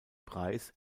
preis